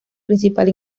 principal